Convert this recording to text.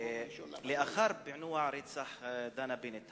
לאחר פענוח רצח דנה בנט,